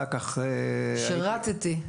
"שירתי",